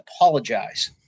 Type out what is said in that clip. apologize